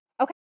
Okay